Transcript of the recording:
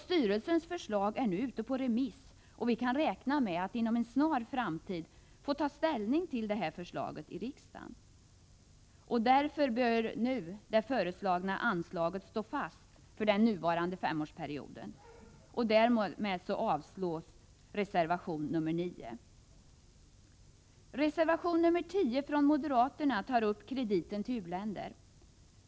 Styrelsens förslag är nu ute på remiss, och vi kan räkna med att inom en snar framtid få ta ställning till det förslaget här i riksdagen. Därför bör det nu föreslagna anslaget stå fast för den nuvarande femårsperioden. Därmed avstyrks reservation nr 9. Reservation nr 10 från moderaterna tar upp krediten till u-länder.